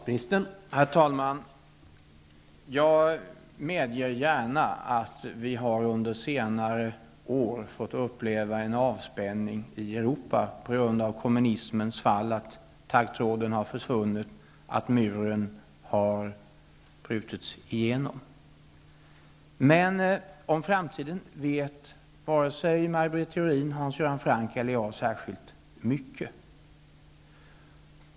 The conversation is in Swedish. Herr talman! Jag medger gärna att vi under senare år fått uppleva en avspänning i Europa på grund av kommunismens fall. Taggtråden har försvunnit och muren har brutits igenom. Men om framtiden vet vare sig Maj Britt Theorin, Hans Göran Franck eller jag särskilt mycket.